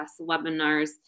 webinars